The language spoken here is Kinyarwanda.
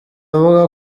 avuga